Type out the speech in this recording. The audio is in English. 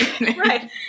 right